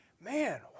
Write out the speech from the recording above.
man